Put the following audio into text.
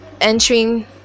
entering